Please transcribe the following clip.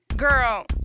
Girl